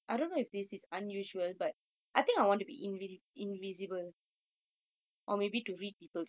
right oh my god